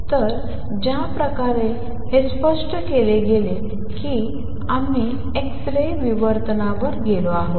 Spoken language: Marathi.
तर ज्या प्रकारे हे स्पष्ट केले गेले की आम्ही एक्स रे विवर्तन वर आहोत